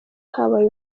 habaye